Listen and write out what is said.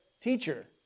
teacher